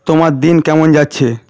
তোমার দিন কেমন যাচ্ছে